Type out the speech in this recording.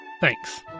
Thanks